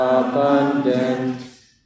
Abundant